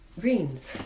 greens